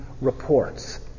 reports